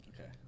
Okay